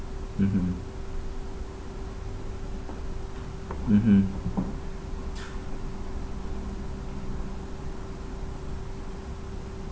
mmhmm mmhmm